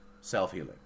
self-healing